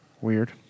Weird